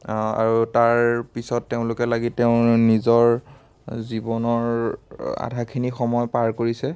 আৰু তাৰপিছত তেওঁলোকে লাগিলে তেওঁৰ নিজৰ জীৱনৰ আধাখিনি সময় পাৰ কৰিছে